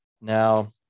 Now